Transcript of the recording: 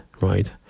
right